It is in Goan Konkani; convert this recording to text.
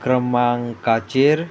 क्रमांकाचेर